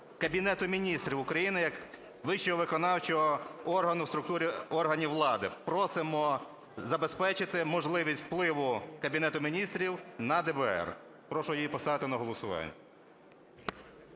Кабінету Міністрів України як вищого виконавчого органу в структурі органів влади. Просимо забезпечити можливість впливу Кабінету Міністрів на ДБР. Прошу її поставити на голосування.